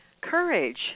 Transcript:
courage